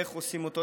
איך עושים אותו,